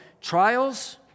Trials